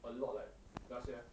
a lot like 那些